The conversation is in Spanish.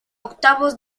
octavos